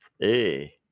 hey